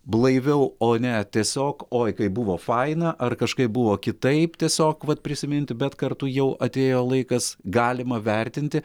blaiviau o ne tiesiog oi kaip buvo faina ar kažkaip buvo kitaip tiesiog vat prisiminti bet kartu jau atėjo laikas galima vertinti